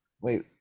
Wait